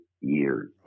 years